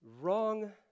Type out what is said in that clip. wrong